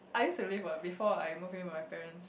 I used already [what] before I move in with my parents